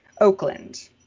Oakland